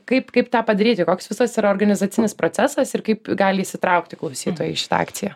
kaip kaip tą padaryti koks visas yra organizacinis procesas ir kaip gali įsitraukti klausytojai į šitą akciją